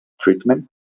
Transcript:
treatment